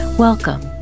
Welcome